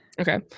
okay